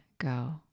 go